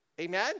Amen